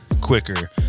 quicker